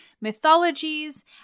mythologies